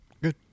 Good